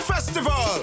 Festival